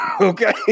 Okay